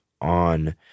on